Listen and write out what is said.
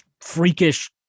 freakish